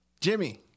Jimmy